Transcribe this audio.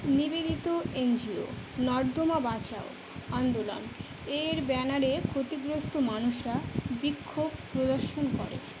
নিবেদিত এনজিও নর্মদা বাঁচাও আন্দোলন এর ব্যানারে ক্ষতিগ্রস্ত মানুষরা বিক্ষোভ প্রদর্শন করে